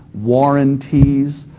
warranties,